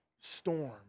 storm